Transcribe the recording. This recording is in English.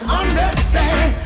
understand